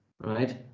right